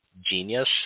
genius